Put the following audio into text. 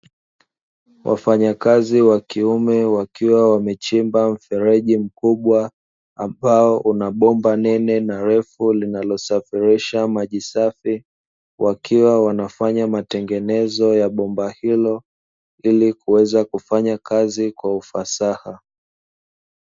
Wafanyakazi wa kiume wakiwa wamechimba mfereji mkubwa, ambao unabomba nene na refu linalosafirisha maji safi, wakiwa wanafanya matengenezo ya bomba hilo ili kuweza kufanya kazi kwa ufasaha.